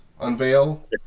unveil